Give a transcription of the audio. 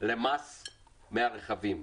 למס מהרכבים,